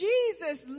Jesus